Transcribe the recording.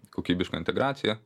kokybiška integracija